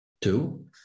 Two